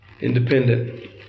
independent